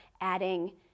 adding